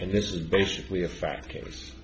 and this is basically a fact case